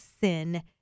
sin